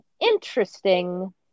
interesting